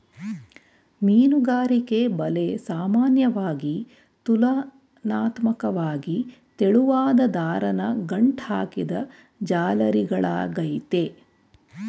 ಮೀನುಗಾರಿಕೆ ಬಲೆ ಸಾಮಾನ್ಯವಾಗಿ ತುಲನಾತ್ಮಕ್ವಾಗಿ ತೆಳುವಾದ್ ದಾರನ ಗಂಟು ಹಾಕಿದ್ ಜಾಲರಿಗಳಾಗಯ್ತೆ